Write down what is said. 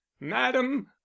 madam